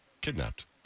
kidnapped